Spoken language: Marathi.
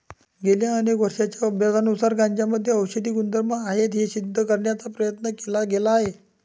गेल्या अनेक वर्षांच्या अभ्यासानुसार गांजामध्ये औषधी गुणधर्म आहेत हे सिद्ध करण्याचा प्रयत्न केला गेला आहे